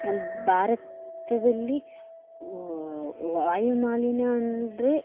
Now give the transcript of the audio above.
ನಮ್ಮ ಭಾರತದಲ್ಲಿ ವಾಯು ಮಾಲಿನ್ಯ ಅಂದರೆ